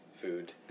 food